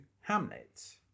Hamlet